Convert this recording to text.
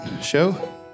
show